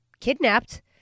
kidnapped